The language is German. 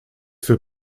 für